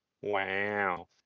Wow